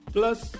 Plus